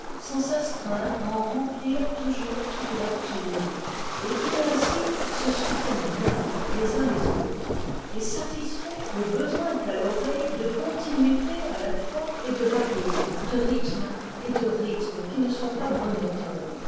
sans s'astreindre à en remplir toujours toute la tenue et qui ainsi se soutiennent bien les uns les autres et satisfont le besoin qu'a l'oreille de continuité à la fois et de variété de rythme et de rythme qui ne soit pas monotone